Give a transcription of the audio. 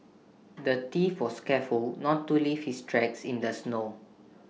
the thief was careful not to leave his tracks in the snow